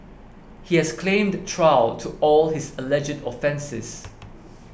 he has claimed trial to all his alleged offences